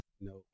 No